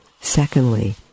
Secondly